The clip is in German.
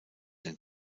den